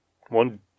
one